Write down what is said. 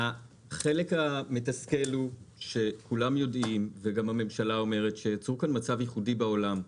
החלק המתסכל שכולם יודעים וגם הממשלה אומרת הוא שיצרו מצב ייחודי בעולם: